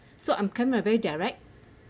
so I'm kind of a very direct